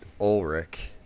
Ulrich